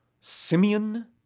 Simeon